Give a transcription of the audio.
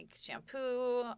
shampoo